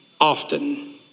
often